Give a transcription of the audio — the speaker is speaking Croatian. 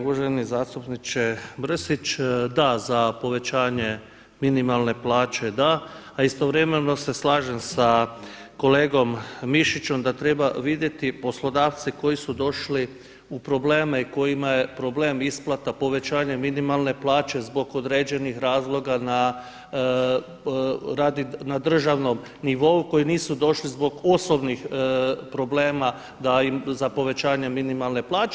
Uvaženi zastupniče Mrsić, da za povećanje minimalne plaće da, a istovremeno se slažem sa kolegom Mišićom da treba vidjeti poslodavce koji su došli u probleme i kojima je problem isplata, povećanje minimalne plaće zbog određenih razloga na državnom nivou koji nisu došli zbog osobnih problema da im za povećanje minimalne plaće.